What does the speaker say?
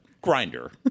Grinder